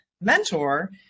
mentor